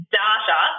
data